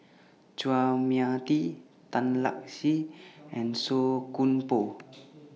Chua Mia Tee Tan Lark Sye and Song Koon Poh